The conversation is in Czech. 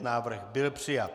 Návrh byl přijat.